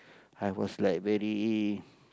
I was like very